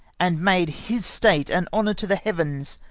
and made his state an honour to the heavens,